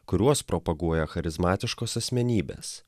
kuriuos propaguoja charizmatiškos asmenybės